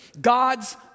God's